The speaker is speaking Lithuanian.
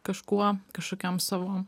kažkuo kažkokiom savo